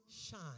shine